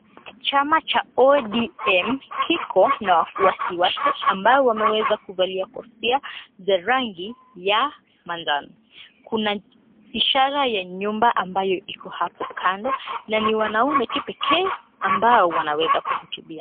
Chama cha ODM kiko na wafuasi wake ambao wameweza kuvalia kofia za rangi ya manjano. Kuna ishara ya nyumba ambayo iko hapo kando na ni wanaume tu pekee ambao wanaweza kuhutubia.